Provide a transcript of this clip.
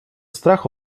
strach